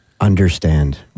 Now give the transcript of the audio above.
understand